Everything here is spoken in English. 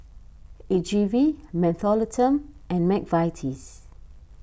A G V Mentholatum and Mcvitie's